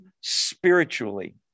spiritually